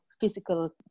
physical